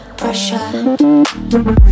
pressure